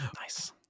Nice